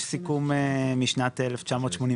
יש סיכום משנת 1987,